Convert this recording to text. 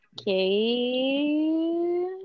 okay